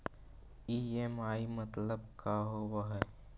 EMI मतलब का होब हइ?